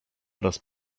oraz